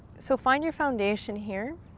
so find your foundation here.